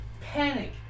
panic